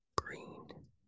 green